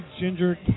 ginger